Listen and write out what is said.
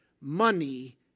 money